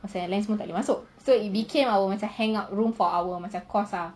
pasal lain semua tak boleh masuk so it became our macam hangout room for our course ah